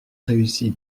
réussit